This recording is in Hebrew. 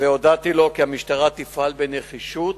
והודעתי לו כי המשטרה תפעל בנחישות,